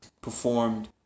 performed